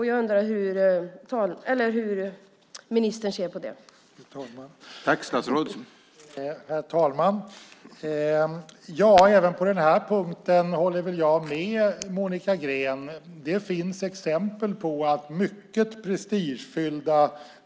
Jag undrar hur ministern ser på detta.